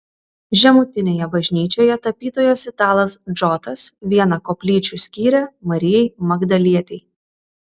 žemutinėje bažnyčioje tapytojas italas džotas vieną koplyčių skyrė marijai magdalietei